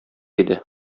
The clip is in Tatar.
иде